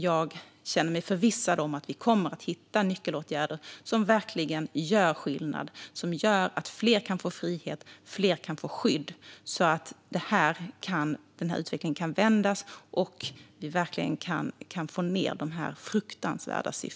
Jag känner mig förvissad om att vi kommer att hitta nyckelåtgärder som verkligen gör skillnad och gör att fler kan få frihet och skydd så att utvecklingen kan vändas och vi verkligen kan få ned de fruktansvärda siffrorna.